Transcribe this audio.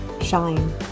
Shine